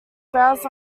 browse